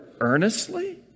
earnestly